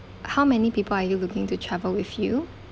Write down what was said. how many people are you looking to travel with you